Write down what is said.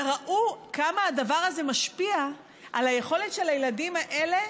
וראו כמה הדבר הזה משפיע על היכולת של הילדים האלה.